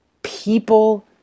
People